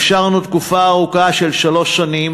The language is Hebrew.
אפשרנו תקופה ארוכה של שלוש שנים,